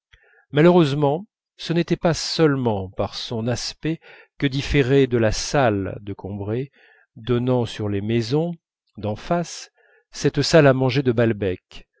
malheureusement ce n'était pas seulement par son aspect que différait de la salle de combray donnant sur les maisons d'en face cette salle à manger de balbec